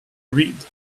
read